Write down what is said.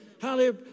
Hallelujah